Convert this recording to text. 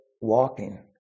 walking